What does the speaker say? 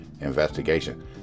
investigation